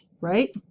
right